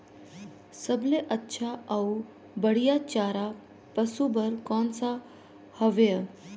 सबले अच्छा अउ बढ़िया चारा पशु बर कोन सा हवय?